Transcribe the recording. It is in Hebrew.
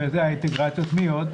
מי עוד?